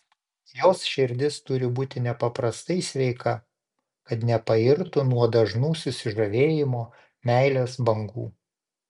jos širdis turi būti nepaprastai sveika kad nepairtų nuo dažnų susižavėjimo meilės bangų